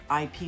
IP